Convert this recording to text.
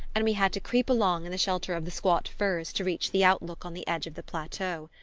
and we had to creep along in the shelter of the squat firs to reach the outlook on the edge of the plateau.